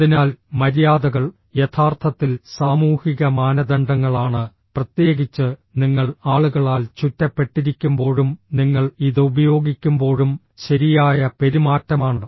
അതിനാൽ മര്യാദകൾ യഥാർത്ഥത്തിൽ സാമൂഹിക മാനദണ്ഡങ്ങളാണ് പ്രത്യേകിച്ച് നിങ്ങൾ ആളുകളാൽ ചുറ്റപ്പെട്ടിരിക്കുമ്പോഴും നിങ്ങൾ ഇത് ഉപയോഗിക്കുമ്പോഴും ശരിയായ പെരുമാറ്റമാണ്